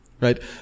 Right